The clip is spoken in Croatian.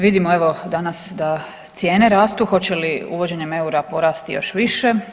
Vidimo evo, danas da cijene rastu, hoće li uvođenjem eura porasti još više.